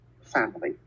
family